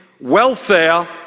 welfare